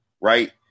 right